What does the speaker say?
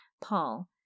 Paul